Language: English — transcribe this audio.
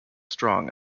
strong